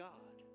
God